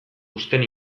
uzten